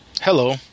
hello